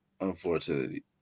unfortunately